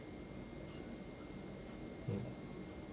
mm